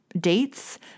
dates